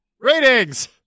Ratings